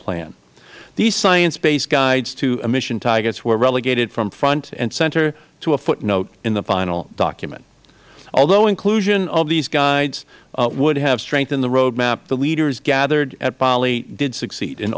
plan these science based guides to emission targets were relegated from front and center to a footnote in the final document although inclusion of these guides would have strengthened the road map the leaders gathered at bali did succeed in